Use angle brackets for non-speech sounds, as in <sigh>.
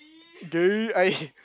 gay <laughs>